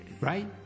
Right